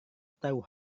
tahu